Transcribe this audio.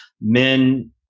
Men